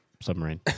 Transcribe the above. submarine